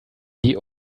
die